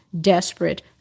desperate